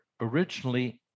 originally